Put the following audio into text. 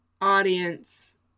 Audience